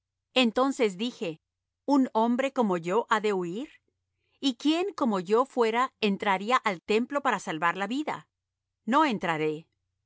entonces dije un hombre como yo ha de huir y quién que como yo fuera entraría al templo para salvar la vida no entraré